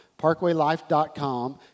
parkwaylife.com